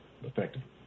effectively